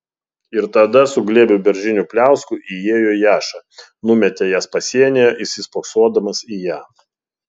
ir tada su glėbiu beržinių pliauskų įėjo jaša numetė jas pasienyje įsispoksodamas į ją